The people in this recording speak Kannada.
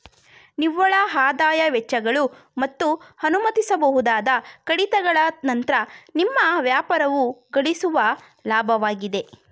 ನಿವ್ವಳಆದಾಯ ವೆಚ್ಚಗಳು ಮತ್ತು ಅನುಮತಿಸಬಹುದಾದ ಕಡಿತಗಳ ನಂತ್ರ ನಿಮ್ಮ ವ್ಯಾಪಾರವು ಗಳಿಸುವ ಲಾಭವಾಗಿದೆ